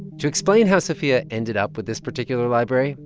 to explain how sophia ended up with this particular library,